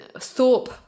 Thorpe